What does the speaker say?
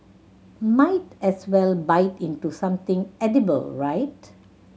might as well bite into something edible right